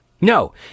No